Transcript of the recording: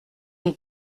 une